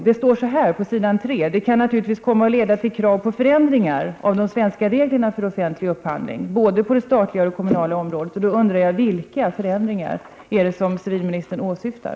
Det står på s. 3: ”Detta kan naturligtvis komma att leda till krav på förändringar av de svenska reglerna för offentlig upphandling på både det statliga och det kommunala området.” Jag undrar: Vilka förändringar är det som civilministern åsyftar?